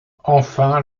enfin